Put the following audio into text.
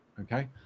Okay